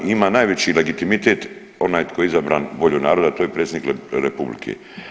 Ima najveći legitimitet onaj tko je izabran voljom naroda, a to je predsjednik Republike.